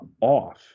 off